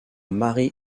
marie